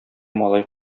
малай